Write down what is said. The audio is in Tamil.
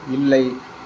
இல்லை